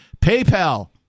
PayPal